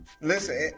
Listen